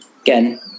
again